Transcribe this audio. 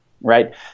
Right